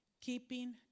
keeping